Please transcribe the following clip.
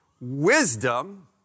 Wisdom